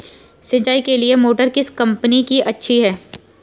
सिंचाई के लिए मोटर किस कंपनी की अच्छी है?